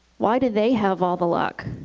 why do they have all the luck?